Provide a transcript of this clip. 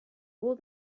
all